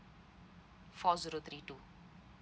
four zero three two